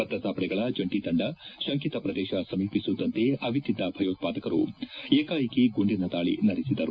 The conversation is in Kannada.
ಭದ್ರತಾ ಪಡೆಗಳ ಜಂಟ ತಂಡ ಶಂಕಿತ ಪ್ರದೇಶ ಸಮೀಪಿಸುತ್ತಿದ್ದಂತೆ ಅವಿತಿದ್ದ ಭಯೋತ್ಪಾದಕರು ಏಕಾಏಕಿ ಗುಂಡಿನ ದಾಳಿ ನಡೆಸಿದರು